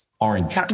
Orange